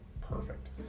perfect